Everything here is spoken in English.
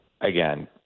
again